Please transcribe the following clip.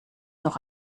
noch